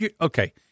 Okay